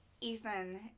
Ethan